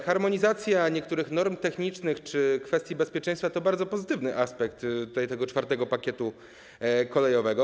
Harmonizacja niektórych norm technicznych czy kwestii bezpieczeństwa to bardzo pozytywny aspekt IV pakietu kolejowego.